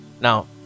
Now